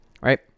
right